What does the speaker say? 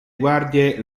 guardie